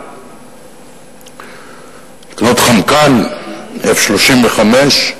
לקנות "חמקן" F-35,